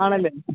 ആണല്ലേ